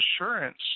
assurance